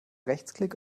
rechtsklick